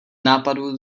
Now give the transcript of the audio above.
nápadu